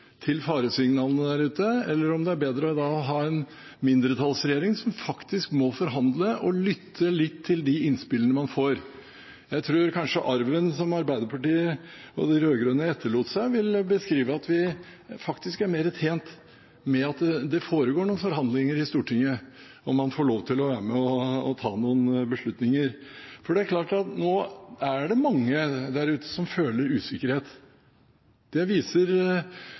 å ha en mindretallsregjering som faktisk må forhandle og lytte litt til de innspillene man får. Jeg tror kanskje arven som Arbeiderpartiet og de rød-grønne etterlot seg, vil beskrive at vi faktisk er mer tjent med at det foregår noen forhandlinger i Stortinget, og at man får lov til å være med og ta noen beslutninger. For det er klart at nå er det mange der ute som føler usikkerhet. Det